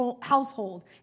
household